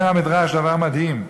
אומר המדרש דבר מדהים,